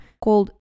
called